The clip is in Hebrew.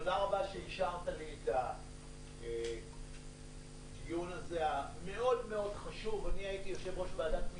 תודה רבה שאישרת לי את הדיון החשוב מאוד הזה -- זה דיון ביוזמתך.